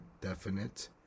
definite